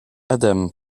adam